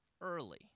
early